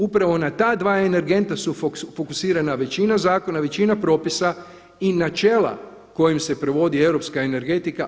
Upravo na ta dva energenta su fokusirana većina zakona, većina propisa i načela kojim se provodi europska energetika.